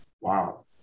Wow